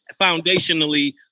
foundationally